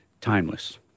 timeless